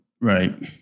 Right